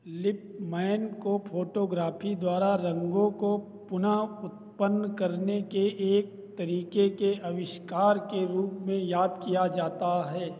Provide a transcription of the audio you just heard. Lipman को photography द्वारा रंगों को पुनः उत्पन्न करने के एक तरीके के आविष्कार के रूप में याद किया जाता है